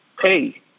hey